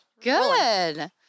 Good